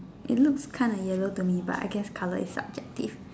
it looks kinda yellow to me but I guess colour is subjective